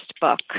book